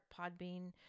Podbean